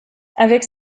avec